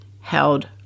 held